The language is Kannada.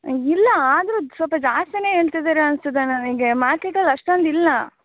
ಇಲ್ಲ ಆದರೂ ಸ್ವಲ್ಪ ಜಾಸ್ತಿನೇ ಹೇಳ್ತಿದೀರ ಅನ್ನಿಸುತ್ತೆ ನನಗೆ ಮಾರ್ಕೆಟಲ್ಲಿ ಅಷ್ಟೊಂದು ಇಲ್ಲ